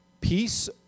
peace